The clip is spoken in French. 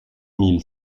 mille